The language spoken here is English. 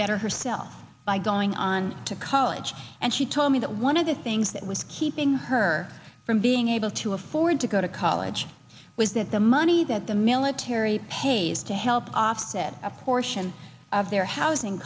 better herself by going on to college and she told me that one of the things that was keeping her from being able to afford to go to college was that the money that the military pays to help offset a portion of their housing